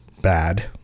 bad